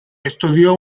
estudió